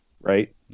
Right